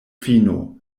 fino